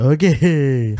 Okay